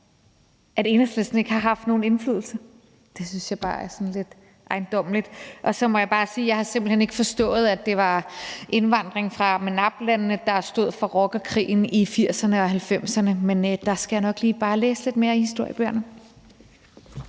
at Enhedslisten ikke har haft nogen indflydelse. Det synes jeg bare er lidt ejendommeligt. Så må jeg bare sige, at jeg simpelt ikke har forstået, at det var indvandring fra MENAPT-landene, der stod for og rockerkrigene i 1980'erne og 1990'erne, men der skal jeg nok bare lige læse lidt mere i historiebøgerne.